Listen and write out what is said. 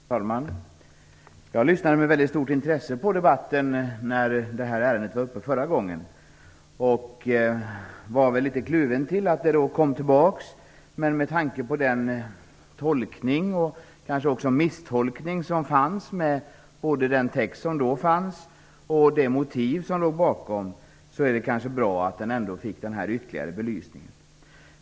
Herr talman! Jag lyssnade på debatten med väldigt stort intresse när ärendet var uppe förra gången. Jag var litet kluven till att det kom tillbaka, men med tanke på den tolkning och kanske också misstolkning som fanns och den text och de motiv som låg bakom betänkandet är det kanske bra att det ändå fick denna ytterligare belysning.